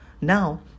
Now